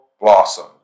blossom